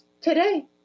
today